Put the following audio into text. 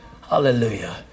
Hallelujah